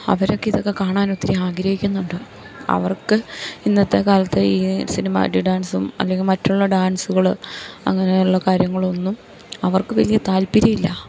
അവരൊക്കെ ഇതൊക്കെ കാണൻ ഒത്തിരി ആഗ്രഹിക്കുന്നുണ്ട് അവർക്ക് ഇന്നത്തെ കാലത്ത് ഈ സിനിമാറ്റിക് ഡാൻസും അല്ലെങ്കിൽ മറ്റുള്ള ഡാൻസുകള് അങ്ങനെയുള്ള കാര്യങ്ങളൊന്നും അവർക്ക് വലിയ താല്പര്യമില്ല